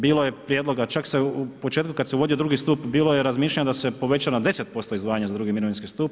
Bilo je prijedloga, čak se u početku kad se vodio drugi stup, bilo je razmišljanje da se poveća na 10% izdvajanja za drugi mirovinski stup.